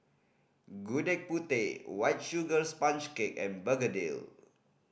Gudeg Putih White Sugar Sponge Cake and begedil